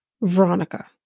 Veronica